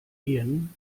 gehen